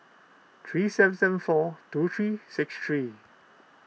three seven seven four two three six three